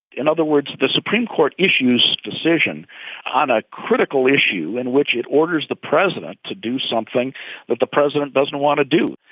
in other words, the supreme court issues decision on a critical issue in which it orders the president to do something that the president doesn't want to do.